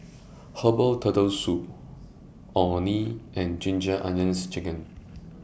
Herbal Turtle Soup Orh Nee and Ginger Onions Chicken